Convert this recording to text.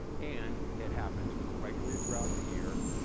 and it happens regularly throughout the year.